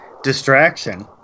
Distraction